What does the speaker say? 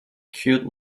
cute